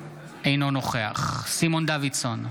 אינו נוכח סימון דוידסון,